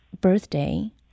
birthday